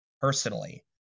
personally